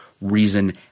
reason